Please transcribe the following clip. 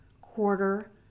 quarter